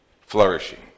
flourishing